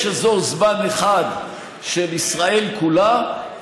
יש אזור זמן אחד של ישראל כולה,